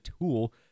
tool